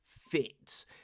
fits